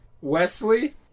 Wesley